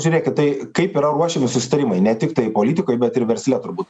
žiūrėkit tai kaip yra ruošiami susitarimai ne tiktai politikoj bet ir versle turbūt